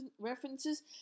references